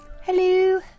Hello